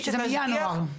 זה מינואר.